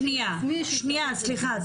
שנייה, סליחה.